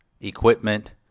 equipment